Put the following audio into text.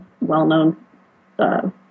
well-known